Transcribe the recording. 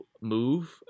move